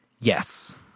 Yes